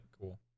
cool